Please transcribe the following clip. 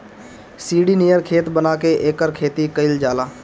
सीढ़ी नियर खेत बना के एकर खेती कइल जाला